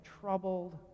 troubled